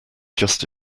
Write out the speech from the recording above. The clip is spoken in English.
just